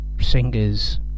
singer's